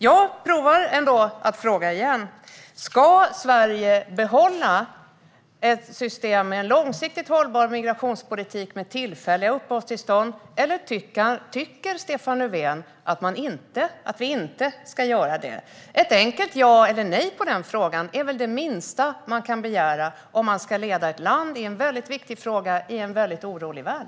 Jag provar ändå att fråga igen: Ska Sverige behålla ett system med en långsiktigt hållbar migrationspolitik med tillfälliga uppehållstillstånd, eller tycker Stefan Löfven att vi inte ska göra det? Ett enkelt ja eller nej på frågan är väl det minsta vi kan begära om man ska leda ett land i en viktig fråga i en orolig värld.